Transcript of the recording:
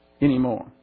anymore